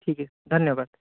ठीक है धन्यवाद